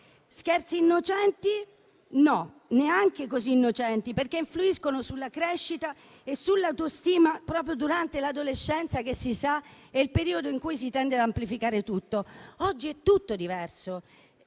Scherzi innocenti? No, neanche così innocenti perché influiscono sulla crescita e sull'autostima proprio durante l'adolescenza che, come sappiamo, è il periodo in cui si tende ad amplificare tutto. Oggi è tutto diverso.